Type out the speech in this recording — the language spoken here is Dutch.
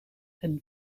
het